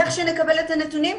לכשנקבל את הנתונים,